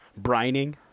brining